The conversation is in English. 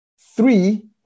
Three